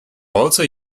also